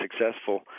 successful